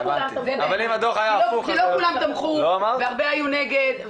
כי לא כולם תמכו והרבה היו נגד,